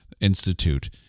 Institute